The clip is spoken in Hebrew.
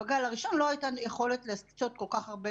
בגל הראשון לא הייתה יכולת לעשות כל כך הרבה